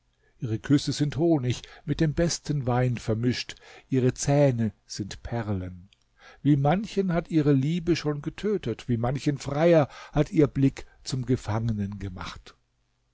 ihre küsse sind honig mit dem besten wein vermischt ihre zähne sind perlen wie manchen hat ihre liebe schon getötet wie manchen freier hat ihr blick zum gefangenen gemacht